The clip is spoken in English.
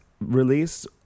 release